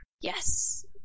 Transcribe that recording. Yes